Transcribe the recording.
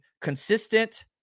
consistent